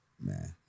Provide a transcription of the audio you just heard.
Man